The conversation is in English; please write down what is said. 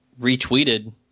retweeted